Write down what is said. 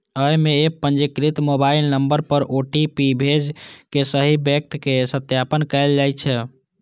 अय मे एप पंजीकृत मोबाइल नंबर पर ओ.टी.पी भेज के सही व्यक्ति के सत्यापन कैल जाइ छै